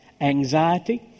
anxiety